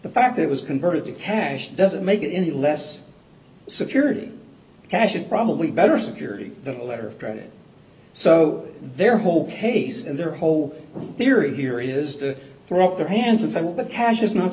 the fact it was converted to cash doesn't make it any less security cash and probably better security than a letter of credit so their whole case and their whole theory here is to throw up their hands and say well the cash is not